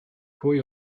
pwy